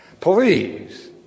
Please